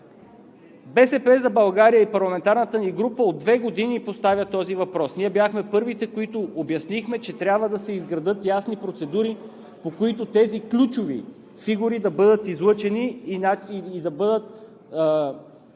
„БСП за България“ и парламентарната ни група от две години поставя този въпрос. Ние бяхме първите, които обяснихме, че трябва да се изградят ясни процедури, по които тези ключови фигури да бъдат излъчени и да бъдат